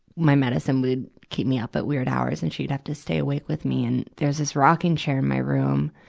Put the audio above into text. my medicine would keep me up at weird hours, and she'd have to stay awake with me. and there's this rocking chair in my room.